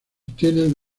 obtienen